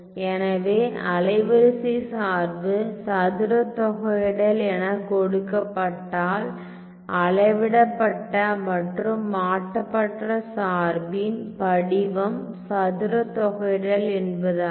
எனவே அலைவரிசை சார்பு சதுர தொகையிடல் என கொடுக்கப்பட்டால் அளவிடப்பட்ட மற்றும் மாற்றப்பட்ட சார்பின் படிவம் சதுர தொகையிடல் என்பதாகும்